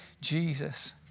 Jesus